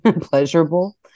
pleasurable